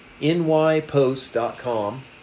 nypost.com